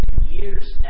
years